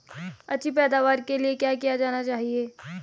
अच्छी पैदावार के लिए क्या किया जाना चाहिए?